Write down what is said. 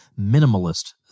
minimalist